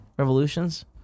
revolutions